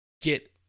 get